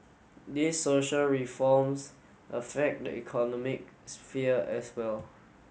these social reforms affect the economic sphere as well